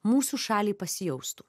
mūsų šaliai pasijaustų